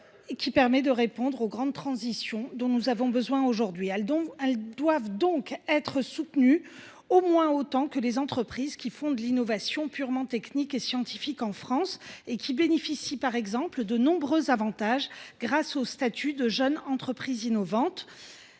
même permet de répondre aux grandes transitions dont nous avons besoin aujourd’hui. Elles doivent donc être soutenues au moins autant que les entreprises faisant de l’innovation purement technique et scientifique en France, qui bénéficient, par exemple, de nombreux avantages, notamment fiscaux, grâce au statut de jeunes entreprises innovantes.